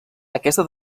aquesta